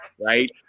Right